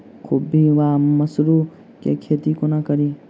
खुम्भी वा मसरू केँ खेती कोना कड़ी?